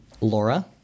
Laura